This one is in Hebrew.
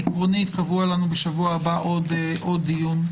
עקרונית קבוע לנו בשבוע הבא עוד דיון.